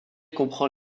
comprend